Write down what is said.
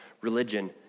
religion